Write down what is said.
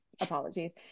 apologies